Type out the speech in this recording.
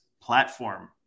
platform